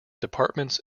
departments